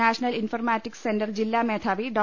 national informatics centre ജില്ലാ മേധാവി ഡോ